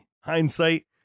hindsight